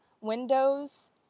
Windows